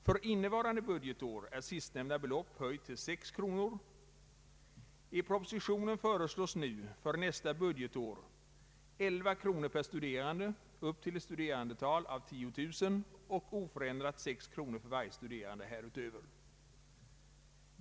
För inne I propositionen föreslås nu för nästa budgetår 11 kronor per studerande upp till ett studerandeantal av 10 000 och oförändrat 6 kronor för varje studerande härutöver.